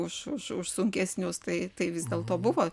už už už sunkesnius tai tai vis dėlto buvo